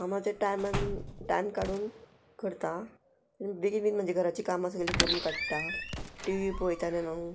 हांव म्हाज्या टायमान टायम काडून करता बेगीन बेगीन म्हाजे घराची कामां सगली करून काडटा टी व्ही पळयताले न्हूं